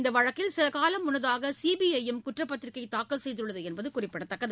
இந்த வழக்கில் சில காலம் முன்னதாக சி பி ஐ யும் குற்றப்பத்திரிகை தாக்கல் செய்துள்ளது என்பது குறிப்பிடதக்கது